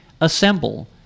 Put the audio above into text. assemble